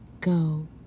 go